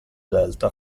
delta